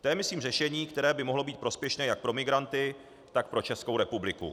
To je myslím řešení, které by mohlo být prospěšné pro migranty, tak pro Českou republiku.